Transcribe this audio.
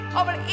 over